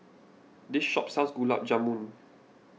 this shop sells Gulab Jamun